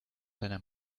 deiner